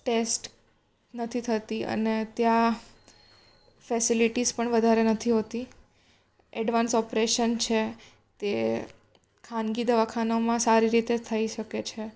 test નથી થતી અને ત્યાં ફેસિલિટીસ પણ વધારે નથી હોતી એડવાન્સ ઓપરેસન છે તે ખાનગી દવાખાનાઓમાં સારી થઈ શકે છે